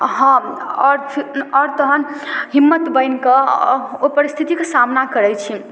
हँ आओर आओर तहन हिम्मत बान्हिके ओहि परिस्थितिके सामना करै छी